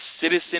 citizen